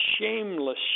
shameless